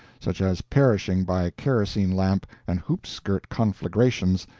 such as perishing by kerosene-lamp and hoop-skirt conflagrations,